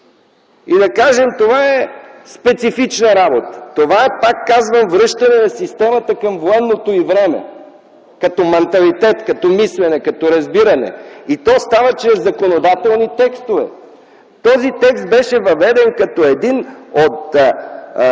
и да кажем: това е специфична работа! Това е, пак казвам, връщане на системата към военното й време като манталитет, като мислене, като разбиране. И то става чрез законодателни текстове. Този текст беше въведен като един от